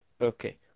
okay